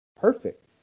perfect